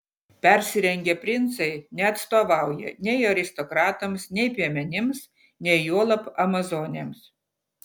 persirengę princai neatstovauja nei aristokratams nei piemenims nei juolab amazonėms